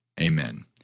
Amen